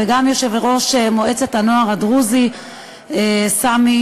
וגם יושב-ראש מועצת הנוער הדרוזי סמי,